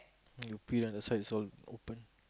and you pee at the side is all open